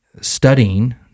studying